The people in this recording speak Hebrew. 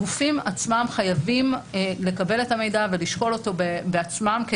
הגופים עצמם חייבים לקבל את המידע ולשקול אותו בעצמם,